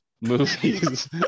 movies